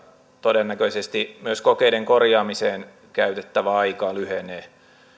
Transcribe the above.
todennäköisesti myös kokeiden korjaamiseen käytettävä aika lyhenee